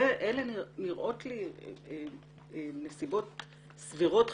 אלה נראות לי נסיבות סבירות,